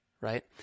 right